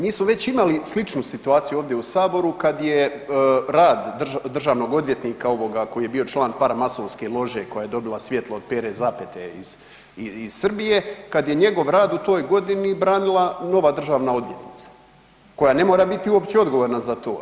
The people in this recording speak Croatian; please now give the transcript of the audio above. Mi smo već imali sličnu situaciju ovdje u Saboru kada je rad državnog odvjetnika ovoga koji je bio člana paramasonske lože koja je dobila svjetlo od Pere Zapete iz Srbije, kad je njegov rad u toj godini branila nova državna odvjetnica koja ne mora uopće biti odgovorna za to.